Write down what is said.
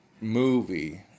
movie